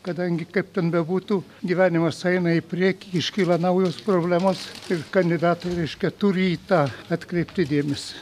kadangi kaip ten bebūtų gyvenimas eina į priekį iškyla naujos problemos ir kandidatai reiškia turi į tą atkreipti dėmesį